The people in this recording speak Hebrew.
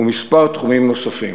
וכמה תחומים נוספים.